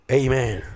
amen